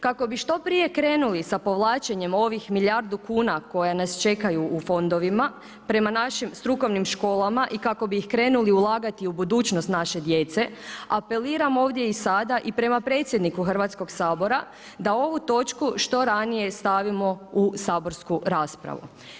Kako bi što prije krenuli sa povlačenjem ovih milijardu kuna, koje nas čekaju u fondovima, prema našim strukovnim školama i kako bi krenuli ulagati u budućnost naše djece, apeliram ovdje i sada i prema predsjedniku Hrvatskog sabora, da ovu točku što ranije stavimo u saborsku raspravu.